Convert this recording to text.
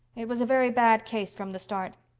it was a very bad case from the start.